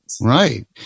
Right